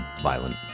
violent